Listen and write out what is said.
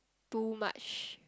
too much